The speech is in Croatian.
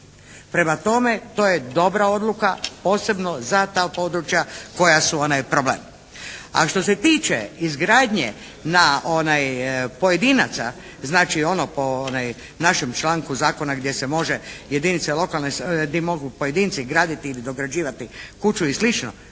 Prema tome, to je dobra odluka, posebno za ta područja koja su problem. A što se tiče izgradnje na pojedinaca, znači ono po našem članku zakona gdje se može jedinice lokalne, gdje mogu pojedinci graditi ili dograđivati kuću i slično,